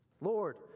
Lord